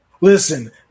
Listen